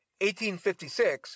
1856